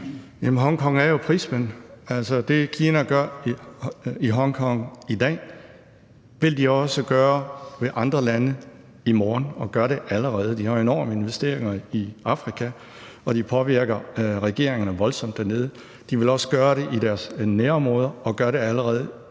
Hongkong er jo prismen. Altså, det, Kina gør i Hongkong i dag, vil de også gøre ved andre lande i morgen, og de gør det allerede. De har jo enorme investeringer i Afrika, og de påvirker regeringerne dernede voldsomt. De vil også gøre det i deres nærområder og gør det allerede